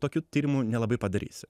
tokių tyrimų nelabai padarysi